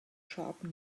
sharp